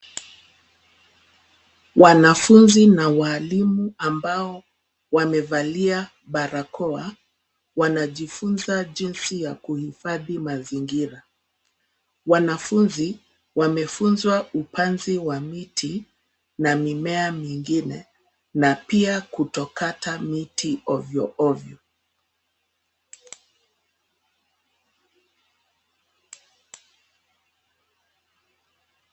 Wanafunzi na walimu, ambao wamevalia barakoa, wanajifunza jinsi ya kuhifadhi mazingira. Wanafunzi wamefunzwa upanzi wa miti na mimea mingine, na pia kutokata miti ovyoovyo.